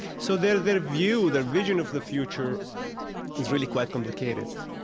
so their their view, their vision of the future is really quite complicated.